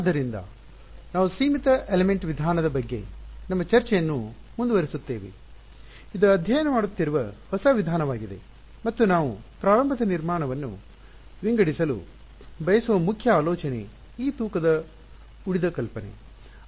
ಆದ್ದರಿಂದ ನಾವು ಸೀಮಿತ ಎಲಿಮೆಂಟ್ ವಿಧಾನದ ಬಗ್ಗೆ ನಮ್ಮ ಚರ್ಚೆಯನ್ನು ಮುಂದುವರಿಸುತ್ತೇವೆ ಇದು ಅಧ್ಯಯನ ಮಾಡುತ್ತಿರುವ ಹೊಸ ವಿಧಾನವಾಗಿದೆ ಮತ್ತು ನಾವು ಪ್ರಾರಂಭದ ನಿರ್ಮಾಣವನ್ನು ವಿಂಗಡಿಸಲು ಬಯಸುವ ಮುಖ್ಯ ಆಲೋಚನೆ ಈ ತೂಕದ ಉಳಿದ ಕಲ್ಪನೆ